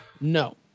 No